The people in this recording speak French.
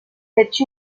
cette